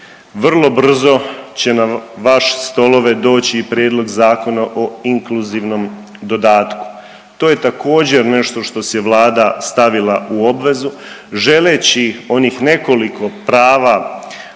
vrlo brzo će na vaše stolove doći i prijedlog Zakona o inkluzivnom dodatku. To je također nešto što si je Vlada stavila u obvezu želeći onih nekoliko prava